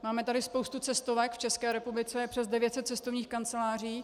Máme tady spoustu cestovek, v České republice je přes 900 cestovních kanceláří.